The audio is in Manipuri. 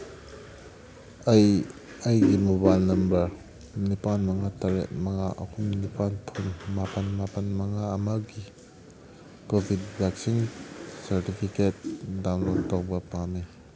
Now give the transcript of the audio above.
ꯑꯩ ꯑꯩꯒꯤ ꯃꯣꯕꯥꯏꯜ ꯅꯝꯕꯔ ꯅꯤꯄꯥꯟ ꯃꯉꯥ ꯇꯔꯦꯠ ꯃꯉꯥ ꯑꯍꯨꯝ ꯅꯤꯄꯥꯟ ꯐꯨꯟ ꯃꯥꯄꯟ ꯃꯥꯄꯟ ꯃꯉꯥ ꯑꯃꯒꯤ ꯀꯣꯚꯤꯠ ꯚꯦꯛꯁꯤꯟ ꯁꯥꯔꯇꯤꯐꯤꯀꯦꯠ ꯗꯥꯎꯟꯂꯣꯠ ꯇꯧꯕ ꯄꯥꯝꯃꯤ